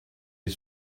est